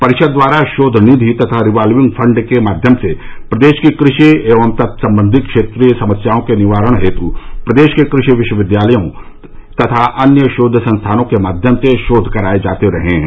परिषद द्वारा शोध निधि तथा रिवाल्विंग फण्ड के माध्यम से प्रदेश की कृषि एवं तत्सम्बन्धी क्षेत्रीय समस्याओं के निवारण हेतु प्रदेश के कृषि विश्वविद्यालयों तथा अन्य शोध संस्थानों के माध्यम से शोध कार्य कराये जाते रहे हैं